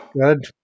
Good